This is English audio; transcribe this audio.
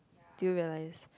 do you realise